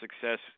success